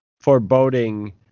foreboding